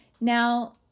Now